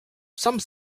some